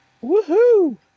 Woo-hoo